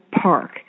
Park